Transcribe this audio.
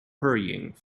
hurrying